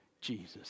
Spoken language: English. Jesus